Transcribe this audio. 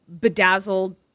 bedazzled